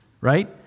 right